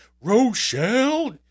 Rochelle